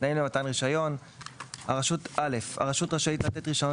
תנאים למתן רישיון 4. (א) הרשות רשאית לתת רישיון